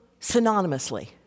synonymously